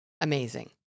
Amazing